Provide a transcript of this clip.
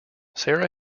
sara